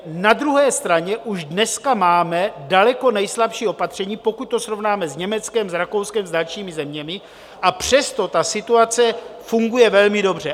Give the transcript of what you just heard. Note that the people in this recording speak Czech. Na druhé straně už dneska máme daleko nejslabší opatření, pokud to srovnáme s Německem, Rakouskem a dalšími zeměmi, a přesto situace funguje velmi dobře.